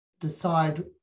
decide